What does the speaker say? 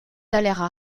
allèrent